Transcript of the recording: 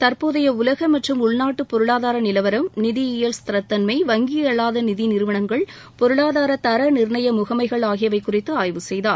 தற்போதைய உலக மற்றும் உள்நாட்டு பொருளாதார நிலவரம் நிதியியல் ஸ்திரத்தன்மை வங்கியல்லாத நிதி நிறுவனங்கள் பொருளாதார தர நிர்ணய முகமைகள் ஆகியவை குறித்து ஆய்வு செய்தார்